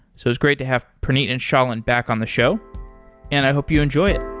so it's great to have praneet and shailin back on the show and i hope you enjoy it